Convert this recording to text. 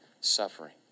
suffering